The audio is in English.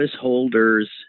holder's